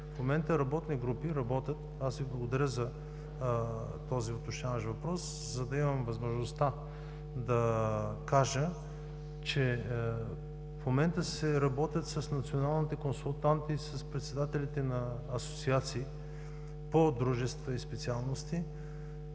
български граждани. Благодаря Ви за този уточняващ въпрос, за да имам възможността да кажа, че в момента се работи с националните консултанти, с председателите на асоциации по дружества и специалности,